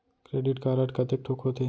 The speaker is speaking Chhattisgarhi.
क्रेडिट कारड कतेक ठोक होथे?